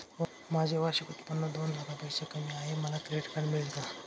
माझे वार्षिक उत्त्पन्न दोन लाखांपेक्षा कमी आहे, मला क्रेडिट कार्ड मिळेल का?